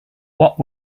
what